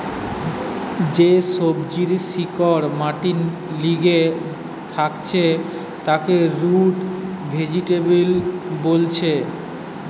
যে সবজির শিকড় মাটির লিচে থাকছে তাকে রুট ভেজিটেবল বোলছে